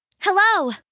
Hello